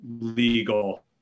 legal